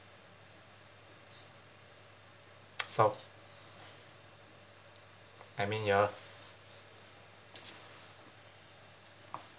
so~ I mean ya